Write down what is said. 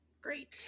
Great